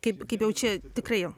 kaip kaip jau čia tikrai